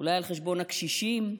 אולי על חשבון הקשישים?